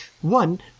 One